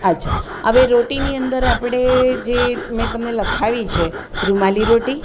અચ્છા હવે રોટીની અંદર આપણે જે મેં તમને લખાવી છે રૂમાલી રોટી